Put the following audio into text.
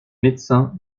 médecins